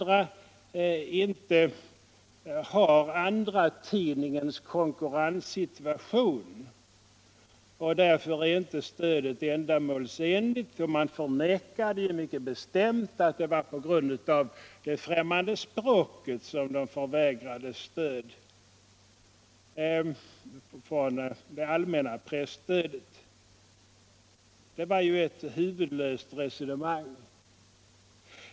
ratidningens konkurrenssituation och att stödet därför inte är ändamålsenligt. Man förnekade mycket bestämt att det var på grund av det främmande språket som dessa tidningar förvägrades bidrag från det allmänna presstödet. Det var ju ett huvudlöst resonemang.